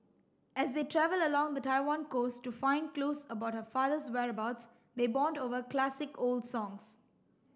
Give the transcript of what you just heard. as they travel along the Taiwan coast to find clues about her father's whereabouts they bond over classic old songs